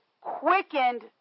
quickened